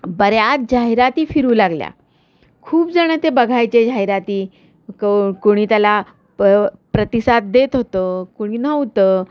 बऱ्याच जाहिराती फिरू लागल्या खूप जणं ते बघायचे जाहिराती को कोणी त्याला प प्रतिसाद देत होतं कोणी नव्हतं